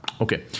Okay